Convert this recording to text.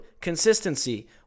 consistency